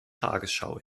tagesschau